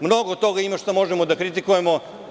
Mnogo toga ima što možemo da kritikujemo.